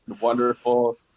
wonderful